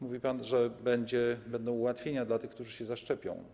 Mówi pan, że będą ułatwienia dla tych, którzy się zaszczepią.